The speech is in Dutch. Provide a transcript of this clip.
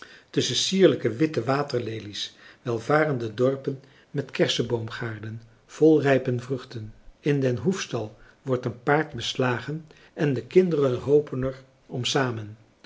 tusschen sierlijke witte waterlelies welvarende dorpen met kerseboomgaarden vol rijpe vruchten in den hoefstal wordt een paard beslagen en de kinderen hoopen er om samen